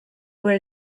were